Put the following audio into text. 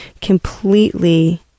completely